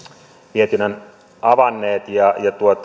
mietinnön avanneet ja